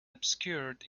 obscured